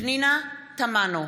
פנינה תמנו,